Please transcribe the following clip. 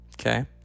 Okay